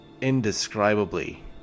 indescribably